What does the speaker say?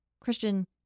Christian